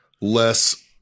less